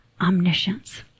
omniscience